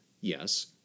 Yes